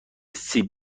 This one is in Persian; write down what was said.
سیب